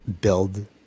build